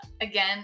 again